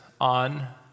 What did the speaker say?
on